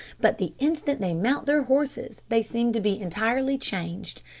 but the instant they mount their horses they seem to be entirely changed,